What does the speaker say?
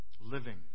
living